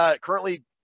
currently